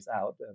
out